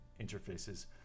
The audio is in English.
interfaces